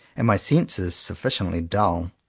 and my senses sufficiently dull.